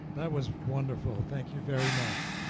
that was wonderful. thank you very much.